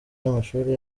n’amashuri